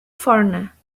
foreigner